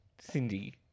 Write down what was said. Cindy